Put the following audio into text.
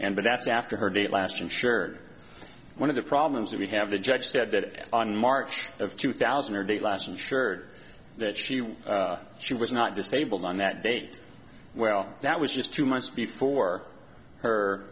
and but that's after her date last insured one of the problems that we have the judge said that on march of two thousand and eight last insured that she was she was not disabled on that date well that was just two months before her